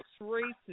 races